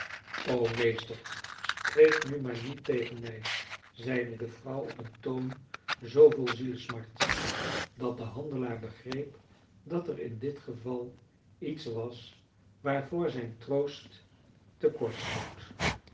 o meester spreek nu maar niet tegen mij zeide de vrouw op een toon zoo vol zielesmart dat de handelaar begreep dat er in dit geval iets was waarvoor zijn troost te kort schoot